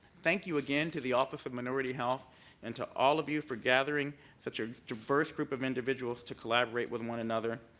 thank you again to the office of minority health and to all of you for gathering such a diverse group of individuals to collaborate with one another.